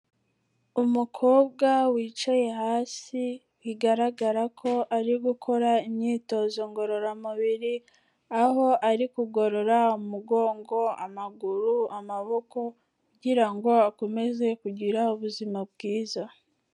Umukobwa wicaye hasi bigaragara ko ari gukora imyitozo ngororamubiri, aho ari kugorora umugongo, amaguru, amaboko kugira ngo akomeze kugira ubuzima bwiza.